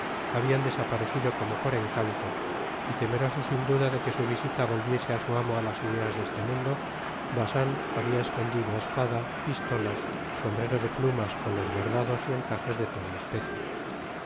habian desaparecido como por encanto y temeroso sin duda de que su vista volviese á su amo á las ideas de este mundo bacin habia escondido espada pistolas sombrero de ptumas con los bordados y encajes de toda especie